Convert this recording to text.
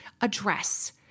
address